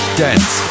dance